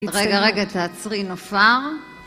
רגע רגע תעצרי נופר